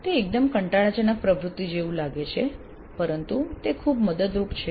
તે એકદમ કંટાળાજનક પ્રવૃત્તિ જેવું લાગે છે પરંતુ તે ખૂબ મદદરૂપ છે